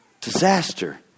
Disaster